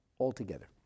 altogether